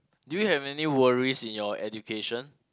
do you have any worries in your education